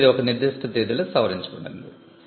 ఇప్పుడు ఇది ఒక నిర్దిష్ట తేదీలో సవరించబడినది